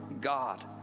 God